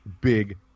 big